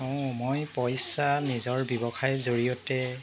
অঁ মই পইচা নিজৰ ব্যৱসায় ৰজৰিয়তে